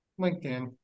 LinkedIn